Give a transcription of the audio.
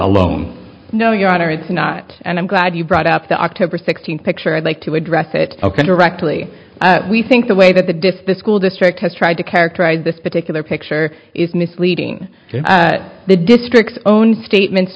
alone no your honor it's not and i'm glad you brought up the october sixteenth picture i'd like to address it directly we think the way that the disc the school district has tried to characterize this particular picture is misleading the districts own statements